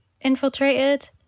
infiltrated